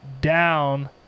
down